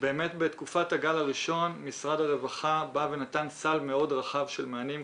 באמת בתקופת הגל הראשון משרד הרווחה נתן סל מאוד רחב של מענים.